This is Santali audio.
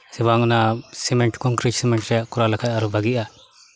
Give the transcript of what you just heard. ᱥᱮᱵᱟᱝ ᱚᱱᱟ ᱥᱤᱢᱮᱱᱴ ᱠᱚᱝᱠᱨᱤᱴ ᱠᱚᱨᱟᱣ ᱞᱮᱠᱷᱟᱡ ᱟᱨᱚ ᱵᱷᱟᱜᱮᱜᱼᱟ